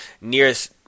nearest